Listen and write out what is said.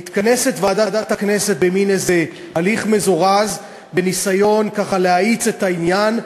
מתכנסת ועדת הכנסת במין הליך מזורז בניסיון ככה להאיץ את העניין,